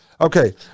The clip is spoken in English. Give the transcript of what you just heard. Okay